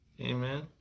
amen